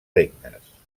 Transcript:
regnes